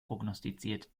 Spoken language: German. prognostiziert